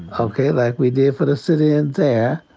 okay? like we did for the sit-ins there.